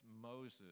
Moses